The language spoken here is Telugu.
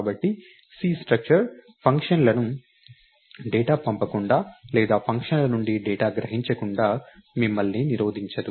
కాబట్టి C స్ట్రక్చర్ ఫంక్షన్లకు డేటా పంపకుండా లేదా ఫంక్షన్ల నుండి డేటా గ్రహించకుండా మిమ్మల్ని నిరోధించదు